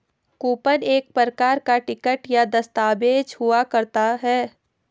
coupon एक प्रकार का टिकट या दस्ताबेज हुआ करता है